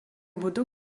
būdu